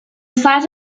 size